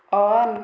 on